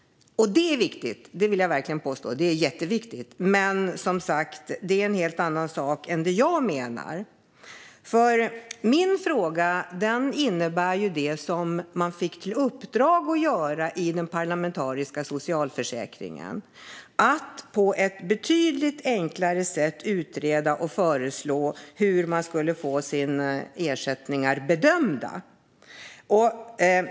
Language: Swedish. Och det är jätteviktigt - det vill jag verkligen påstå. Men det är som sagt en helt annan sak och inte det jag menar. Min fråga gäller det man fick till uppdrag att göra i den parlamentariska socialförsäkringsutredningen: att utreda och föreslå hur man på ett betydligt enklare sätt skulle kunna få sina ersättningar bedömda.